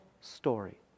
story